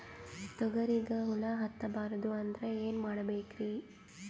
ತೊಗರಿಗ ಹುಳ ಹತ್ತಬಾರದು ಅಂದ್ರ ಏನ್ ಮಾಡಬೇಕ್ರಿ?